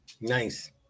Nice